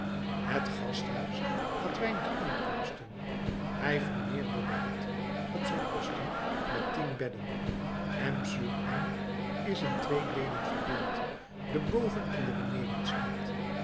het gasthuis had weinig inkomsten hij vermeerderde het op zijn kosten met tien bedden m sur m is in twee deelen verdeeld de boven en de